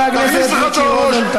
זה לא דברים שכתובים בחוק.